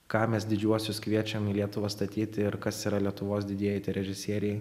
ką mes didžiuosius kviečiam į lietuvą statyti ir kas yra lietuvos didieji tie režisieriai